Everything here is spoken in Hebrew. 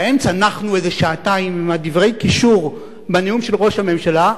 באמצע נחנו איזה שעתיים עם דברי הקישור בנאום של ראש הממשלה.